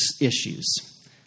issues